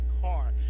car